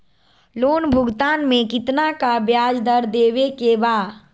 Loan भुगतान में कितना का ब्याज दर देवें के बा?